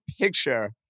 picture